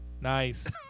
Nice